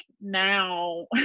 now